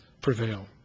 prevail